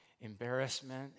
embarrassment